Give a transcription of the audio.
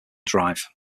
drive